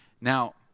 Now